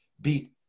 beat